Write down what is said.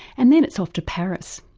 and then it's off to paris.